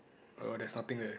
err there's nothing there